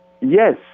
yes